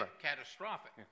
catastrophic